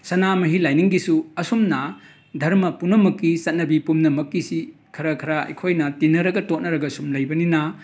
ꯁꯅꯥꯃꯍꯤ ꯂꯥꯏꯅꯤꯡꯒꯤꯁꯨ ꯑꯁꯨꯝꯅ ꯙꯔꯃ ꯄꯨꯝꯅꯃꯛꯀꯤ ꯆꯠꯅꯕꯤ ꯄꯨꯝꯅꯃꯛꯀꯤꯁꯤ ꯈꯔ ꯈꯔ ꯑꯩꯈꯣꯏꯅ ꯇꯤꯟꯅꯔꯒ ꯇꯣꯠꯅꯔꯒ ꯁꯨꯝ ꯂꯩꯕꯅꯤꯅ